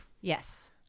Yes